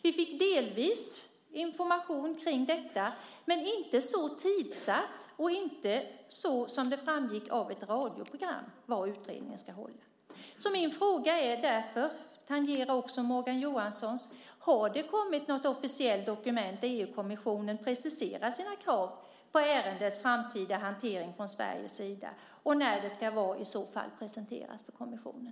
Vi fick delvis information kring detta, men inte så tidssatt och inte det som framgick av ett radioprogram att utredningen ska innehålla. Min fråga, som också tangerar Morgan Johanssons, är därför: Har det kommit något officiellt dokument där EU-kommissionen preciserar sina krav på ärendets framtida hantering från Sveriges sida och när det i så fall ska presenteras för kommissionen?